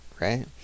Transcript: right